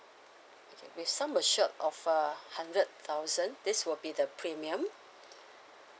okay with sum assured of uh hundred thousand this will be the premium